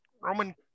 Roman